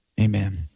Amen